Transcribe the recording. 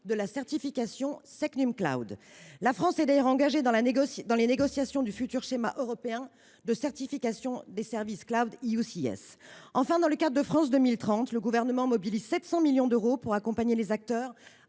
de la qualification SecNumCloud. La France est d’ailleurs engagée dans les négociations du futur schéma européen de certification des services de, l’EUCS (). Enfin, dans le cadre de France 2030, le Gouvernement mobilise 700 millions d’euros pour accompagner les acteurs